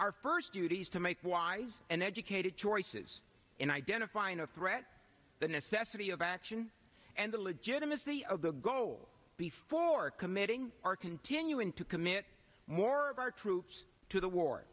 our first duty is to make wise and educated choices in identifying a threat the necessity of action and the legitimacy of the go before committing our continuing to commit more of our troops to the war